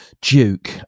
Duke